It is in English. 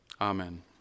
Amen